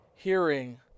Hearing